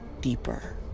deeper